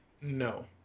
No